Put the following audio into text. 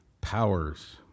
powers